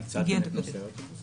מיד נגיע לנושא האוטובוס,